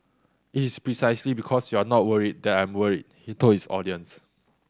it is precisely because you are not worried that I am worried he told his audience